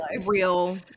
real